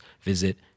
visit